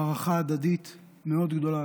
בהערכה הדדית מאוד גדולה,